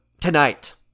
tonight